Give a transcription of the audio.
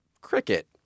cricket